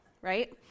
Right